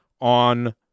on